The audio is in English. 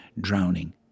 drowning